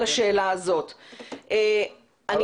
יש